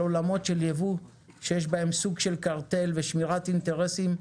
עולמות של יבוא שיש בהם סוג של קרטל ושמירת אינטרסים.